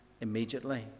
immediately